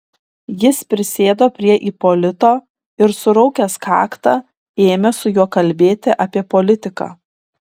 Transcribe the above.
jis prisėdo prie ipolito ir suraukęs kaktą ėmė su juo kalbėti apie politiką